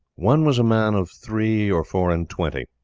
one was a man of three or four and twenty,